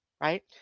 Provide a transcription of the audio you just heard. right